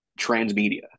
transmedia